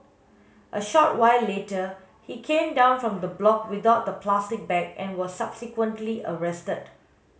a short while later he came down from the block without the plastic bag and was subsequently arrested